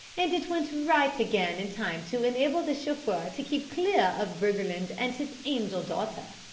and it went right again in time to enable the chauffeur to keep clear of briggerland and his angel daughter!